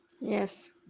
Yes